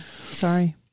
Sorry